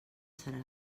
serà